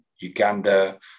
Uganda